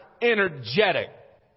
energetic